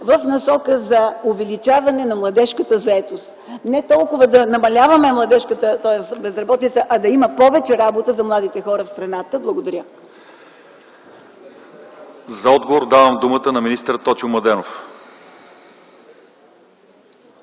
в насока за увеличаване на младежката заетост? Не толкова да намаляваме младежката безработица, а да има повече работа за младите хора в страната. Благодаря. ПРЕДСЕДАТЕЛ ЛЪЧЕЗАР ИВАНОВ: За отговор давам думата на министър Тотю Младенов.